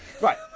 right